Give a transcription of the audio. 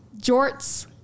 Jorts